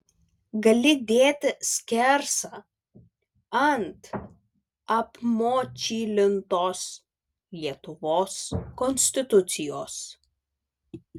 gali dėti skersą ant apmočylintos lietuvos konstitucijos